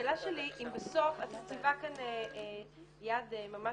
השאלה שלי אם בסוף את מציבה כאן יעד ממש,